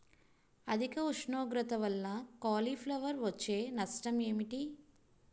అధిక ఉష్ణోగ్రత వల్ల కాలీఫ్లవర్ వచ్చే నష్టం ఏంటి?